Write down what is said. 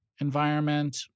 environment